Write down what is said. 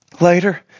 later